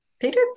Peter